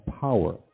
power